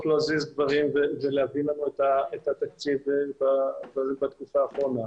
להזיז דברים ולהביא לנו את התקציב בתקופה האחרונה.